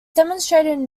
demonstrated